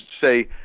say